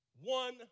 one